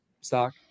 stock